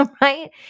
right